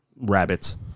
rabbits